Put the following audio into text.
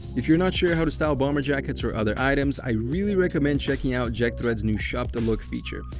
if you're not sure how to style bomber jackets or other items, i really recommend checking out jackthreads' new shop the look feature.